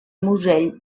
musell